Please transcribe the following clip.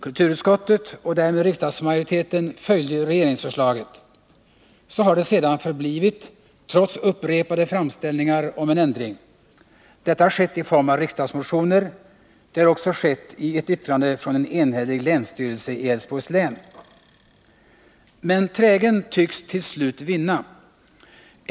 Kulturutskottet och därmed riksdagsmajoriteten följde regeringsförslaget. Så har det sedan förblivit, trots upprepade framställningar om en ändring. Detta har skett i form av riksdagsmotioner; det har också skett i ett yttrande från en enhällig länsstyrelse i Älvsborgs län. Men trägen tycks till slut vinna.